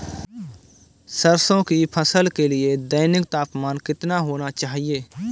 सरसों की फसल के लिए दैनिक तापमान कितना होना चाहिए?